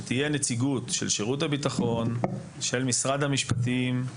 שתהיה נציגות של שירות הביטחון, של משרד המשפטים,